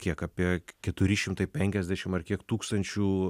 kiek apie keturi šimtai penkiasdešim ar kiek tūkstančių